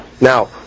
Now